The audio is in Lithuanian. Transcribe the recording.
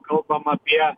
kalbam apie